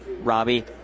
Robbie